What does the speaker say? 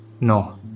No